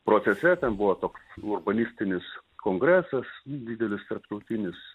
procese ten buvo toks urbanistinis kongresas nu didelis tarptautinis